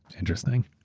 interesting.